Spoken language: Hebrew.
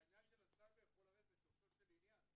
העניין של הסייבר יכול לרדת לשורשו של עניין.